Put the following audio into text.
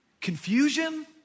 Confusion